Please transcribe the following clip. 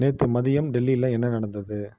நேற்று மதியம் டெல்லியில என்ன நடந்தது